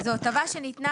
זו הטבה שניתנה